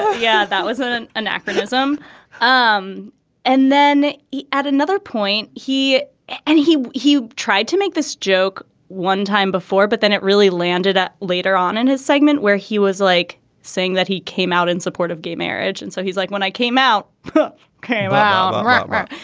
yeah that wasn't an anachronism um and then at another point he and he he tried to make this joke one time before but then it really landed up later on in his segment where he was like saying that he came out in support of gay marriage and so he's like when i came out came out right. right.